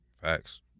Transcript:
Facts